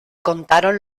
contaron